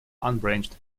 unbranched